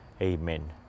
Amen